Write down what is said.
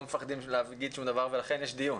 מפחדים להגיד שום דבר ולכן יש דיון.